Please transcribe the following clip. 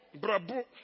brabo